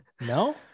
No